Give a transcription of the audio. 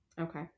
okay